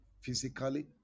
physically